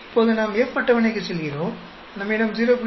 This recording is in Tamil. இப்போது நாம் F அட்டவணைக்குச் செல்கிறோம் நம்மிடம் 0